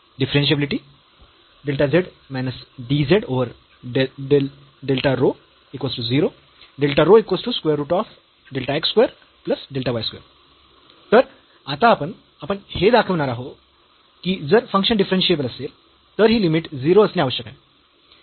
Differentiability तर आता आपण आपण हे दाखविणार आहोत की जर फंक्शन डिफरन्शियेबल असेल तर ही लिमिट 0 असणे आवश्यक आहे